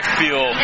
feel